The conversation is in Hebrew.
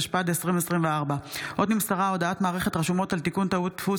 התשפ"ד 2024. נמסרה הודעת מערכת רשומות על תיקון טעות דפוס